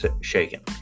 shaken